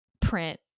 print